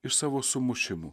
iš savo sumušimų